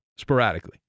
sporadically